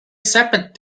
separate